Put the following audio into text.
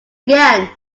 again